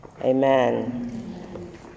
Amen